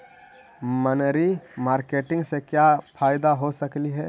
मनरी मारकेटिग से क्या फायदा हो सकेली?